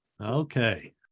Okay